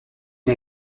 une